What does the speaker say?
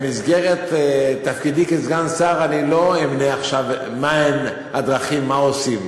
במסגרת תפקידי כסגן שר אני לא אמנה עכשיו מהן הדרכים ומה עושים,